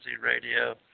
Radio